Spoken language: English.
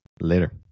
later